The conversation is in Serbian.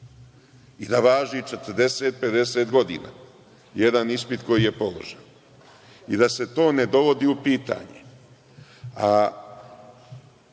i da važi 40, 50 godina, jedan ispit koji je položen i da se to ne dovodi u pitanje